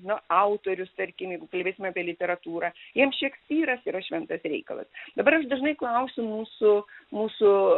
na autorius tarkim jeigu kalbėsim apie literatūrą jiems šekspyras yra šventas reikalas dabar aš dažnai klausiu mūsų mūsų